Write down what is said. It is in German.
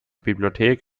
bibliothek